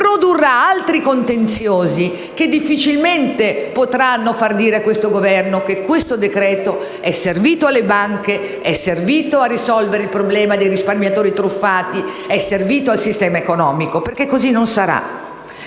produrrà altri contenziosi che difficilmente potranno far dire a questo Governo che il decreto-legge in esame è servito alle banche, è servito a risolvere il problema dei risparmiatori truffati ed è servito al sistema economico, perché così non sarà.